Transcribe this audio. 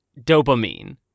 dopamine